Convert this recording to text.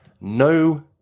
no